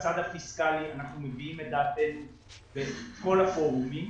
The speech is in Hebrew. בצד הפיסקלי אנחנו מביעים את דעתנו בכל הפורומים